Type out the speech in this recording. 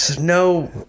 No